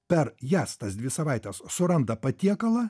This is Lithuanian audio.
per jas tas dvi savaites suranda patiekalą